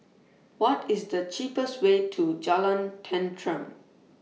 What IS The cheapest Way to Jalan Tenteram